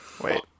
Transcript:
Wait